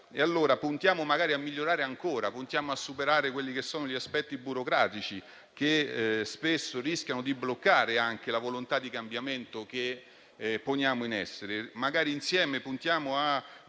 Puntiamo magari a migliorare ancora; puntiamo a superare gli aspetti burocratici che spesso rischiano di bloccare anche la volontà di cambiamento che poniamo in essere;